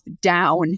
down